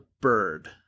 Bird